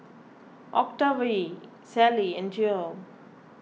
Octavie Sally and Geo